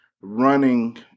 running